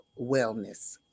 wellness